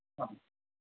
ആ